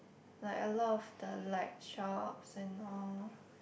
like a lot of the like shops and all